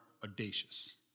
audacious